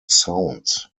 sounds